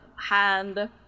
hand